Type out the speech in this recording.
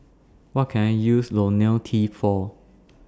What Can I use Lonil T For